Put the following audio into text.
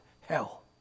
hell